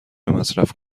مصرف